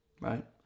right